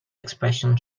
expression